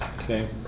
okay